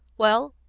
well,